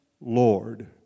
Lord